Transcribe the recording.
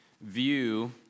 view